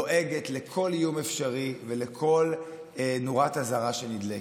לועגת לכל איום אפשרי ולכל נורת אזהרה שנדלקת.